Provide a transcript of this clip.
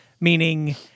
meaning